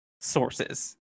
sources